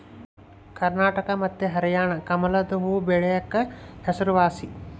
ಕರ್ನಾಟಕ ಮತ್ತೆ ಹರ್ಯಾಣ ಕಮಲದು ಹೂವ್ವಬೆಳೆಕ ಹೆಸರುವಾಸಿ